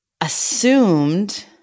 assumed